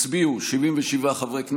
הצביעו 77 חברי כנסת.